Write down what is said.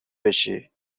بشی